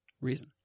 reason